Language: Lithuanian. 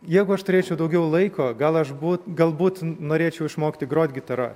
jeigu aš turėčiau daugiau laiko gal aš būt galbūt norėčiau išmokti grot gitara